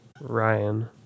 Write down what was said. Ryan